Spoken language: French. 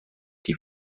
qui